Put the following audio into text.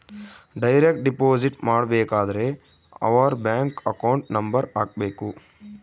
direct deposit ಮಾಡಬೇಕಾದರೆ ಅವರ್ bank account number ಹಾಕ್ಬೆಕು